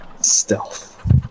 stealth